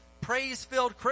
praise-filled